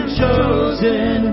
chosen